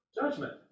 judgment